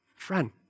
Friend